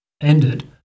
ended